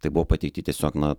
tai buvo pateikti tiesiog na